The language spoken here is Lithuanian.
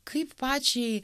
kaip pačiai